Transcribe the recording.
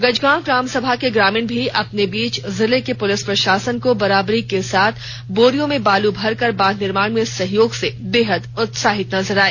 गजगांव ग्रामसभा के ग्रामीण भी अपने बीच जिले के पुलिस प्रशासन को बराबरी के साथ बोरियों में बालू भरकर बांध निर्माण में सहयोग से बेहद उत्साहित नजर आए